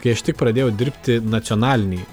kai aš tik pradėjau dirbti nacionalinėj